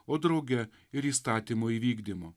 o drauge ir įstatymo įvykdymo